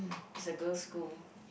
is a girls school